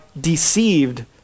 deceived